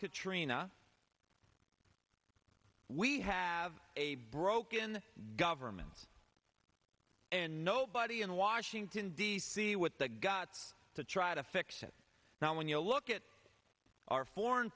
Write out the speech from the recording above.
katrina we have a broken government and nobody in washington d c with that got to try to fix it now when you look at our foreign